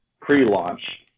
pre-launch